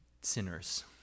sinners